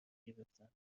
گرفتند